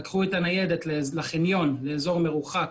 לקחו את הניידת לחניון, לאזור מרוחק,